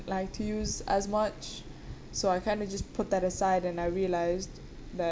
like to use as much so I kind of just put that aside and I realised that